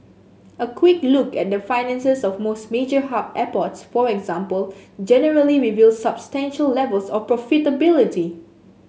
a quick look at the finances of most major hub airports for example generally reveals substantial levels of profitability